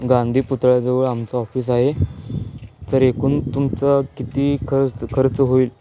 गांधी पुतळ्याजवळ आमचं ऑफिस आहे तर एकूण तुमचं किती खर्च खर्च होईल